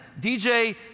DJ